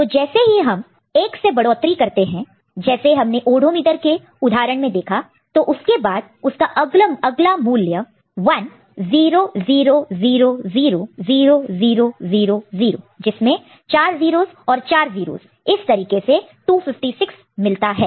तो जैसे ही हम एक से बढ़ोतरी इंक्रीमेंट increment करते हैं जैसे हमने ओडोमीटर के उदाहरण में देखा है तो उसके बाद उसका अगला मूल्य 100000000 जिसमें चार 0's और चार 0's इस तरीके से 256 मिलता है